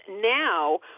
now